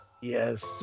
yes